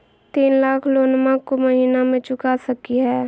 तीन लाख लोनमा को महीना मे चुका सकी हय?